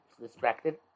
distracted